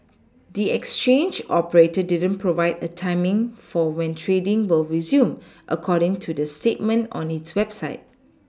the exchange operator didn't provide a timing for when trading will resume according to the statement on its website